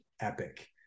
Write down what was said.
epic